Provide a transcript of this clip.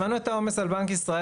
שמענו את העומס על בנק ישראל,